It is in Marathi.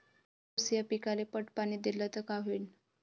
ऊस या पिकाले पट पाणी देल्ल तर काय होईन?